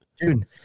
Dude